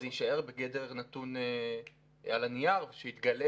זה יישאר בגדר נתון על הנייר שיתגלה